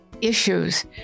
issues